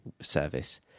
service